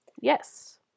Yes